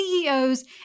CEOs